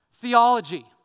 theology